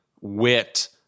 wit